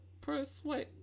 persuade